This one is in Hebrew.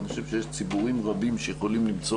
אני חושב שיש ציבורים רבים שיכולים למצוא